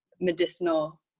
medicinal